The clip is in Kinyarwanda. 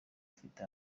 afite